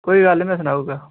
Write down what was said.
कोई गल्ल नी मैं सनाई ओड़गा